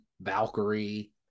valkyrie